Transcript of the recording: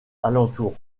alentour